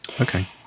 Okay